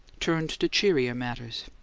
turned to cheerier matters.